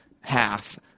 half